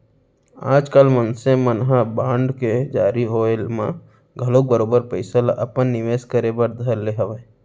आजकाल मनसे मन ह बांड के जारी होय म घलौक बरोबर पइसा ल अपन निवेस करे बर धर ले हवय